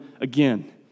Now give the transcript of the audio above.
again